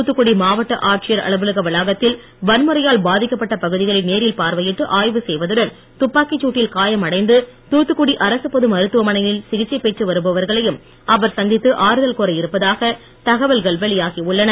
தூத்துக்குடி மாவட்ட ஆட்சியர் அலுவலக வளாகத்தில் வன்முறையால் பாதிக்கப்பட்ட பகுதிகளை நேரில் பார்வையிட்டு ஆய்வு செய்வதுடன் துப்பாக்கி தட்டில் காயம் அடைந்து தூத்துக்குடி அரசுப் பொது மருத்தவமனையில சிகிச்சை பெற்றுவருபவர்களையும் அவர் சந்தித்து ஆறுதல் கூற இருப்பதாக தகவல்கள் வெளியாகி உள்ளன